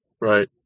Right